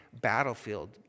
battlefield